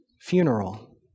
funeral